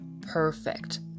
perfect